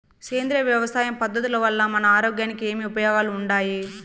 సేంద్రియ వ్యవసాయం పద్ధతుల వల్ల మన ఆరోగ్యానికి ఏమి ఉపయోగాలు వుండాయి?